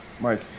Mike